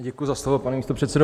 Děkuji za slovo, pane místopředsedo.